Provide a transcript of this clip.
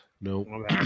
No